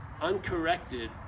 uncorrected